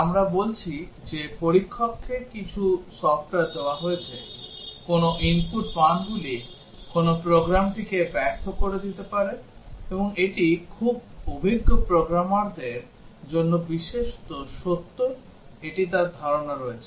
আমরা বলছি যে পরীক্ষককে কিছু সফটওয়্যার দেওয়া হয়েছে কোন ইনপুট মানগুলি কোন প্রোগ্রামটিকে ব্যর্থ করে দিতে পারে এবং এটি খুব অভিজ্ঞ প্রোগ্রামারদের জন্য বিশেষত সত্য এটি তার ধারণা রয়েছে